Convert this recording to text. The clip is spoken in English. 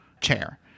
chair